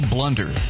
Blunder